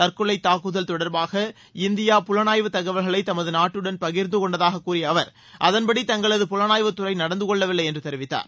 தற்கொலை தாக்குதல் தொடர்பாக இந்தியா புலனாய்வு தகவல்களை தமது நாட்டுடன் பகிா்ந்து கொண்டதாக கூறிய அவர் அதன்படி தங்களது புலனாய்வுத்துறை நடந்துகொள்ளவில்லை என்று தெரிவித்தார்